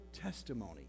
testimony